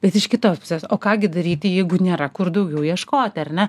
bet iš kitos pusės o ką gi daryti jeigu nėra kur daugiau ieškoti ar ne